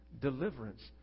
deliverance